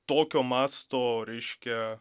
tokio masto reiškia